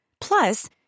Plus